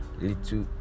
little